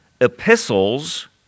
epistles